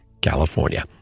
California